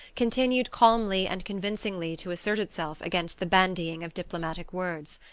continued calmly and convincingly to assert itself against the bandying of diplomatic words.